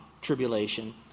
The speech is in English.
tribulation